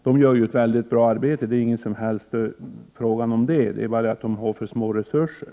De gör ett mycket bra arbete — det råder inget som helst tvivel om det —, men de har alldeles för små resurser.